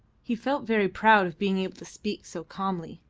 he felt very proud of being able to speak so calmly.